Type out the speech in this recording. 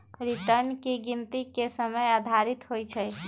return की गिनति के समय आधारित होइ छइ